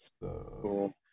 Cool